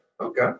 Okay